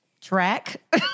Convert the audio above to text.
Track